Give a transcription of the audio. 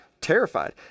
terrified